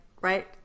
right